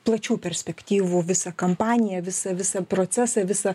plačių perspektyvų visą kampaniją visą visą procesą visą